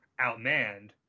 outmanned